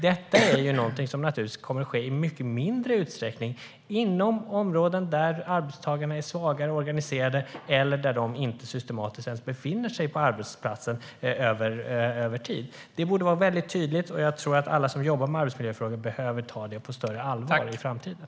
Detta är något som naturligtvis kommer att ske i mycket mindre utsträckning på områden där arbetstagarna är svagare organiserade eller där de inte ens befinner sig på arbetsplatsen över tid. Det borde vara tydligt, och jag tror att alla som jobbar med arbetsmiljöfrågor behöver ta detta på större allvar i framtiden.